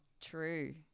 true